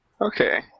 Okay